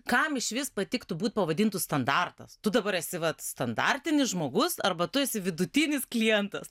kam išvis patiktų būt pavadintu standartas tu dabar esi vat standartinis žmogus arba tu esi vidutinis klientas